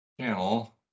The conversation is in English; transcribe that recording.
channel